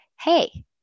hey